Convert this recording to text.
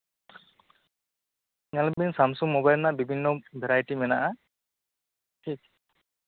ᱧᱮᱞᱵᱤᱱ Samsung mobile ᱨᱮᱱᱟᱜ ᱵᱤᱵᱷᱤᱱᱱᱚ variety ᱢᱮᱱᱟᱜᱼᱟ ᱥᱮ